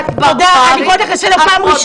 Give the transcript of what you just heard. אני באה לפה לומר את אשר על ליבי.